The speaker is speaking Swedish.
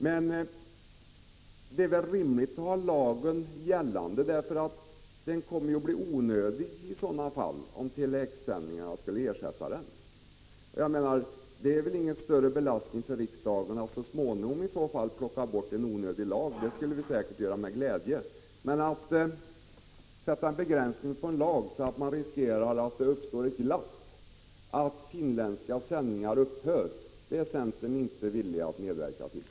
Det är väl rimligt att lagen får vara gällande, eftersom den ju kommer att bli onödig, om | Tele-X-sändningarna kan ersätta marksändningar med finländskt programinnehåll. Det är väl ingen större belastning för riksdagen att i så fall så småningom plocka bort en onödig lag. Det skulle vi säkert göra med glädje. Men att sätta en tidsgräns för en lag, så att man riskerar att det uppstår ett glapp, där finländska sändningar upphör, är centern inte villig att medverka till.